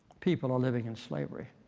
people are living in slavery.